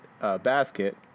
basket